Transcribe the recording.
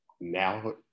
now